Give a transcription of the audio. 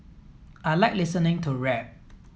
I like listening to rap